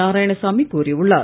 நாராயணசாமி கூறியுள்ளார்